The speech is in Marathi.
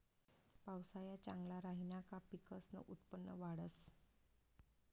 पावसाया चांगला राहिना का पिकसनं उत्पन्न वाढंस